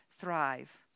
thrive